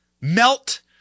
melt